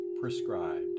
prescribed